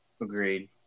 Agreed